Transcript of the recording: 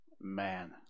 Man